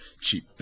cheap